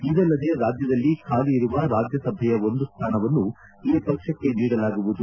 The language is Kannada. ಇದಲ್ಲದೆ ರಾಜ್ಯದಲ್ಲಿ ಖಾಲಿ ಇರುವ ರಾಜ್ಯಸಭೆಯ ಒಂದು ಸ್ಥಾನವನ್ನು ಈ ಪಕ್ಷಕ್ಕೆ ನೀಡಲಾಗುವುದು